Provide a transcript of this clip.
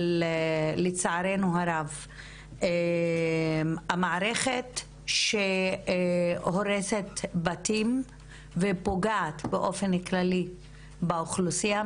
לצערנו הרב המערכת שהורסת בתים ופוגעת באופן כללי באוכלוסייה,